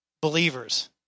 believers